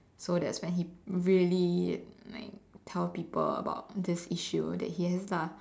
so that's when he really like tell people about this issue that he has lah